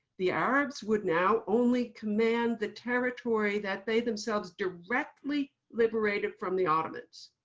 the arabs would now only command the territory that they themselves directly liberated from the ottomans.